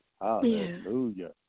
Hallelujah